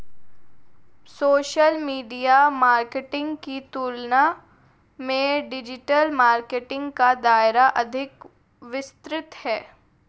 social media marketing की तुलना में डिजिटल मार्केटिंग का दायरा अधिक विस्तृत है